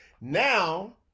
Now